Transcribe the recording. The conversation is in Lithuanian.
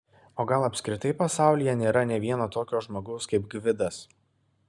o gal apskritai pasaulyje nėra nė vieno tokio žmogaus kaip gvidas